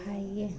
खाइए